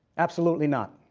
absolutely not.